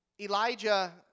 Elijah